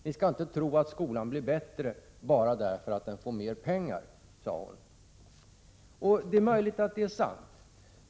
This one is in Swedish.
Ni skall inte tro att skolan blir bättre bara därför att den får mer pengar, sade hon. Det är möjligt att det är sant.